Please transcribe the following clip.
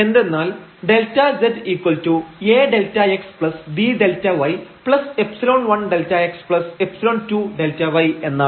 എന്തെന്നാൽ ΔzaΔxbΔyϵ1Δxϵ2Δy എന്നാണ്